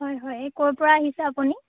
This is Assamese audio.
হয় হয় এই ক'ৰ পৰা আহিছে আপুনি